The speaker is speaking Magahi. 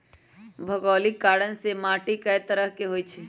भोगोलिक कारण से माटी कए तरह के होई छई